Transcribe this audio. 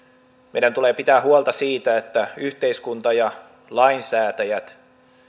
meidän tulee pitää huolta siitä että yhteiskunta ja lainsäätäjät